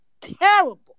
terrible